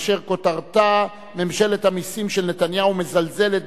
אשר כותרתה: ממשלת המסים של נתניהו מזלזלת